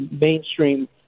mainstream